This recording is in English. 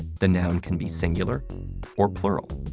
the noun can be singular or plural.